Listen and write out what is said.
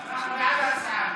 סגן השר, אנחנו בעד ההצעה הזאת.